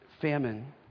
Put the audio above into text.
famine